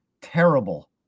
terrible